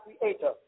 creator